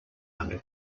under